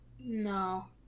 No